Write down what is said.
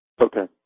Okay